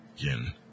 again